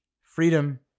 freedom